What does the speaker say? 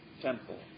temple